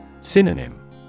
Synonym